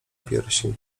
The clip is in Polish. piersi